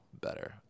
better